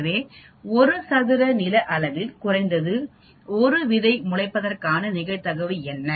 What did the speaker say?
எனவே ஒரு சதுர நிலத் அளவில் குறைந்தது ஒரு விதை முளைப்பதற்கான நிகழ்தகவு என்ன